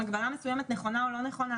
בבידוד אחרי שהוא בא במגע עם חולה מאומת.